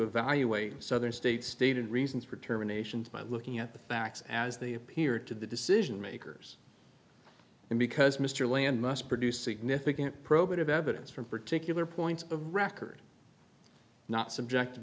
evaluate southern state stated reasons for terminations by looking at the facts as they appear to the decision makers and because mr land must produce significant probative evidence from particular points of record not subject